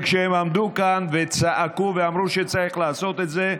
וכשהם עמדו כאן וצעקו ואמרו שצריך לעשות את זה,